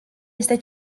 este